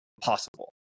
possible